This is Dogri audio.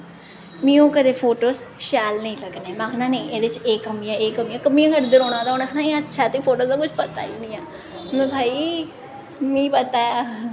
मीं ओह् कदें फोटोज शैल नेईं लग्गने में आखना नेईं एह्दे च एह् कमी ऐ एह् कमी ऐ कमियां गै कड्ढदे रौंह्ना ते उ'नें आखना अच्छा तुगी फोटो दा कुछ पता गै निं ऐ महां भाई मीं पता ऐ